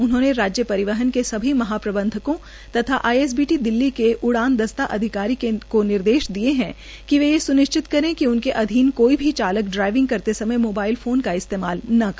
उ ह ने रा य प रवहन के सभी महा बंधक तथा आईएसबीट द ल के उड़न द ता अधकार को नदश दए है क वे यह सु ना चित कर क उनके अधीन कोई भी चालक ाई वंग करते समय मोबाइल फोन का इ तेमाल न कर